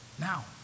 now